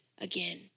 again